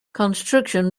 construction